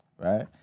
right